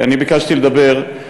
אני ביקשתי לדבר,